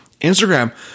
Instagram